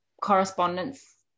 correspondence